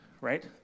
right